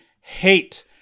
hate